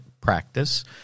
practice